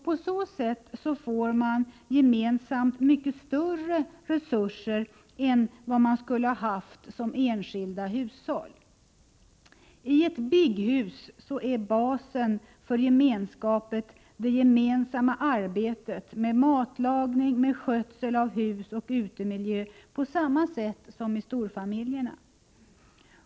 På så sätt får man gemensamt mycket större resurser än man skulle ha haft som enskilda hushåll. I ett BIG-hus är basen för gemenskapen det gemensamma arbetet med matlagning, skötsel av hus och utemiljö på samma sätt som i storfamiljerna.